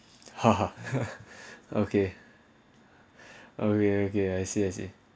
okay okay okay I see I see